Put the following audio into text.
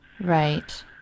right